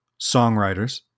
songwriters